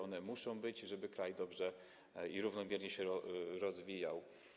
One muszą być, żeby kraj dobrze i równomiernie się rozwijał.